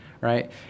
right